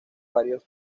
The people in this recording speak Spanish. varios